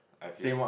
I feel